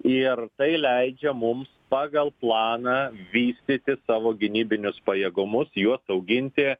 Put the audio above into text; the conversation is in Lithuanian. ir tai leidžia mums pagal planą vystyti savo gynybinius pajėgumus juos auginti